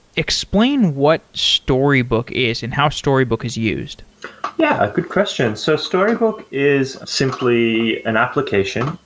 explain what storybook is and how storybook is used yeah, good question. so storybook is simply an application,